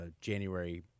January